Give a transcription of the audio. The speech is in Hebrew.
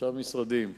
בשלושה משרדים.